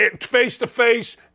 face-to-face